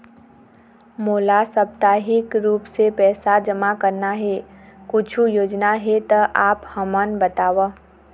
मोला साप्ताहिक रूप से पैसा जमा करना हे, कुछू योजना हे त आप हमन बताव?